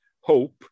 hope